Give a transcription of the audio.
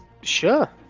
sure